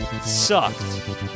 sucked